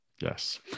Yes